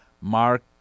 Mark